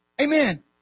Amen